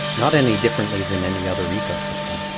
not any differently than any other ecosystem.